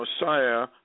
Messiah